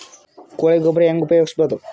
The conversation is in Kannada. ಕೊಳಿ ಗೊಬ್ಬರ ಹೆಂಗ್ ಉಪಯೋಗಸಬಹುದು?